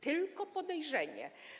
Tylko podejrzenie.